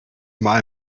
mal